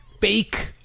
fake